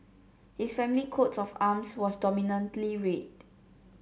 his family coat of arms was dominantly red